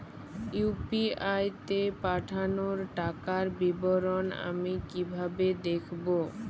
UPI তে পাঠানো টাকার বিবরণ আমি কিভাবে দেখবো?